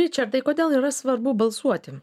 ričardai kodėl yra svarbu balsuoti